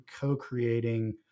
co-creating